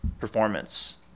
Performance